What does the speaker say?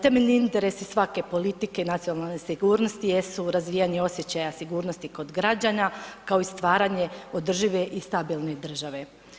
Temeljni interesi svake politike i nacionalne sigurnosti jesu razvijanje osjećaja sigurnosti kod građana kao i stvaranje održive i stabilne države.